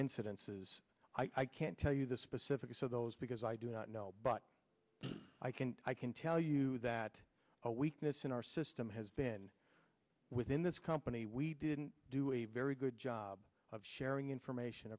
incidences i can't tell you the specifics of those because i do not know but i can i can tell you that a weakness in our system has been within this company we didn't do a very good job of sharing information